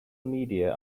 media